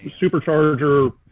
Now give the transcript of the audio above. supercharger